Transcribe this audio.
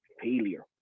failure